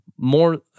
More